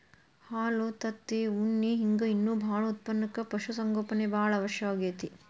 ಹಾಲು ತತ್ತಿ ಉಣ್ಣಿ ಹಿಂಗ್ ಇನ್ನೂ ಬಾಳ ಉತ್ಪನಕ್ಕ ಪಶು ಸಂಗೋಪನೆ ಬಾಳ ಅವಶ್ಯ ಆಗೇತಿ